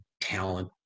talent